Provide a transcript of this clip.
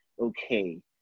okay